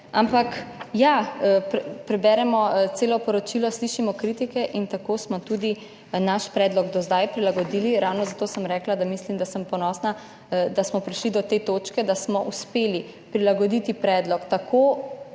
Ampak ja, prebrali smo celo poročilo, slišimo kritike in tako smo tudi naš predlog do zdaj prilagodili. Ravno zato sem rekla, da mislim, da sem ponosna, da smo prišli do te točke, da smo uspeli prilagoditi predlog glede